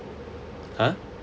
!huh!